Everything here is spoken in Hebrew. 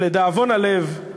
שלדאבון הלב,